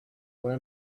when